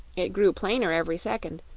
it grew plainer every second,